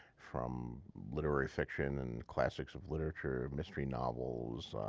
from literary fiction and classics of literature, mystery novels,